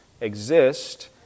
exist